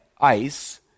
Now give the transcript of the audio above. ice